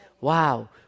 Wow